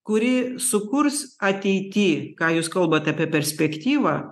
kurį sukurs ateity ką jūs kalbat apie perspektyvą